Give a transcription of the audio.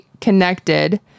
connected